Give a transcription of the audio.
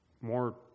More